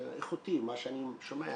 זה איכותי, מה שאני שומע,